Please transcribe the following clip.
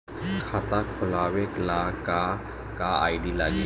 खाता खोलाबे ला का का आइडी लागी?